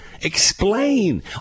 explain